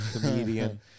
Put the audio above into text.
comedian